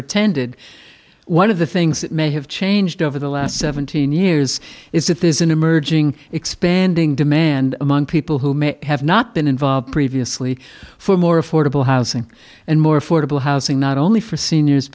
attended one of the things that may have changed over the last seventeen years is that there's an emerging expanding demand among people who may have not been involved previously for more affordable housing and more affordable housing not only for seniors